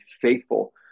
faithful